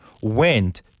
went